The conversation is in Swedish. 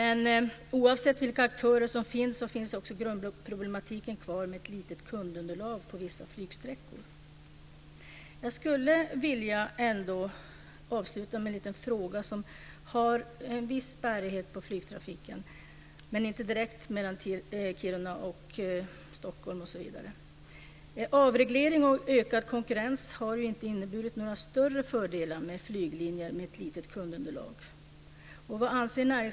Oavsett vilka aktörer som finns står dock grundproblematiken kvar med ett litet kundunderlag på vissa flygsträckor. Jag skulle vilja avsluta med en liten fråga som har en viss bärighet på flygtrafiken, dock inte direkt på trafiken mellan Kiruna och Stockholm osv. Avreglering och ökad konkurrens har ju inte inneburit några större fördelar för flyglinjer med litet kundunderlag.